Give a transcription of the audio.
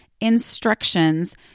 instructions